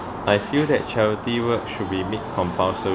I feel that charity work should be made compulsory